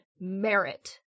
merit